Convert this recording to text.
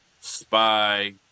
spy